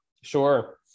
Sure